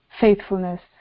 faithfulness